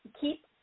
keep